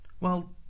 Well